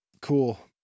cool